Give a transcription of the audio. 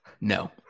No